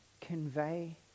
convey